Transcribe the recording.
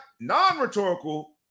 non-rhetorical